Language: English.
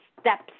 steps